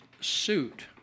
suit